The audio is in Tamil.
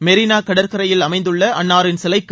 மெரினா கடற்கரையில் அமைந்துள்ள அன்னாரின் சிலைக்கு